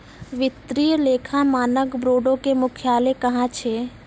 वित्तीय लेखा मानक बोर्डो के मुख्यालय कहां छै?